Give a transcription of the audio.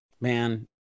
man